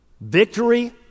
victory